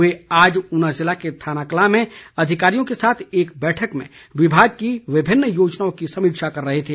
वे आज ऊना ज़िला के थानाकलां में अधिकारियों के साथ एक बैठक में विभाग की विभिन्न योजनाओं की समीक्षा कर रहे थे